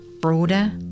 broader